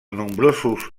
nombrosos